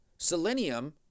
selenium